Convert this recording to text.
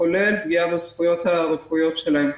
כולל פגיעה בזכויות הרפואיות שלהם.